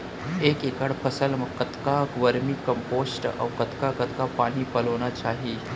एक एकड़ फसल कतका वर्मीकम्पोस्ट अऊ कतका कतका पानी पलोना चाही?